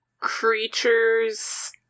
creatures